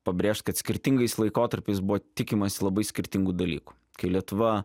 pabrėžt kad skirtingais laikotarpiais buvo tikimasi labai skirtingų dalykų kai lietuva